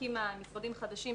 הקימה משרדים חדשים,